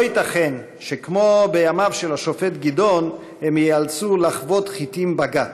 לא ייתכן שכמו בימיו של השופט גדעון הם ייאלצו לחבוט "חטים בגת",